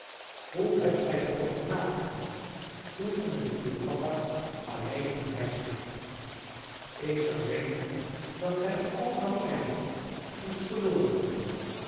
hoe hebt gij het toch gemaakt kind toen ge met uwen papa alleen op reis waart ik zou denken dat gij al wat gij hadt moest verloren hebben